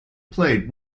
played